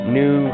new